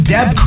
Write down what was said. Deb